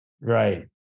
right